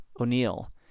O'Neill